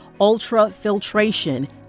ultrafiltration